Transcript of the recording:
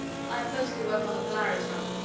i've mostly worked on the polaris run.